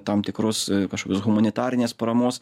tam tikrus kažkokius humanitarinės paramos